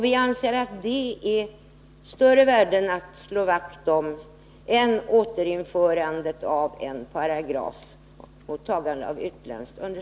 Vi anser att det är mer värt att slå vakt om detta än att återinföra en lagparagraf om straff för